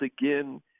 again